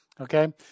Okay